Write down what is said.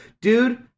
Dude